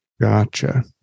Gotcha